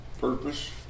purpose